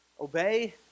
obey